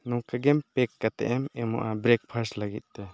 ᱱᱚᱝᱠᱟᱜᱮᱢ pack ᱠᱟᱛᱮ ᱮᱢ ᱮᱢᱚᱜᱼᱟ ᱵᱨᱮᱠᱯᱷᱟᱥᱴ ᱞᱟᱹᱜᱤᱫᱛᱮ